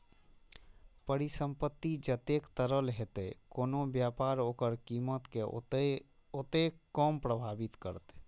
परिसंपत्ति जतेक तरल हेतै, कोनो व्यापार ओकर कीमत कें ओतेक कम प्रभावित करतै